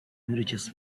nourishes